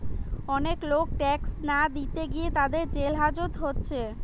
অনেক লোক ট্যাক্স না দিতে গিয়ে তাদের জেল হাজত হচ্ছে